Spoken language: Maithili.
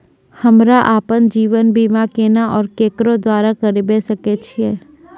हमरा आपन जीवन बीमा केना और केकरो द्वारा करबै सकै छिये?